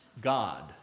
God